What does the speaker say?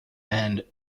and